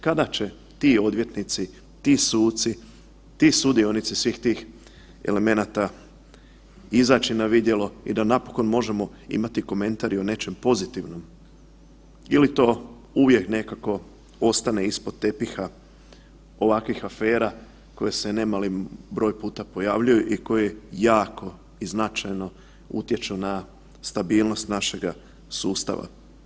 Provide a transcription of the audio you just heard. Kada će odvjetnici, ti suci, ti sudionici svih tih elemenata izaći na vidjelo i da napokon možemo imati komentar i o nečem pozitivnom ili to uvijek nekako ostane ispod tepiha ovakvih afera koje se ne mali broj puta pojavljuju i koji jako i značajno utječu na stabilnost našega sustava.